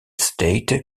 state